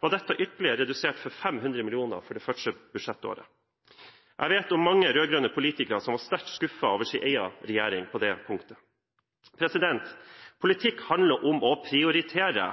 var det ytterligere redusert til 500 mill. kr. Jeg vet om mange rød-grønne politikere som var sterkt skuffet over sin egen regjering på det punktet. Politikk handler om å prioritere,